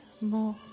more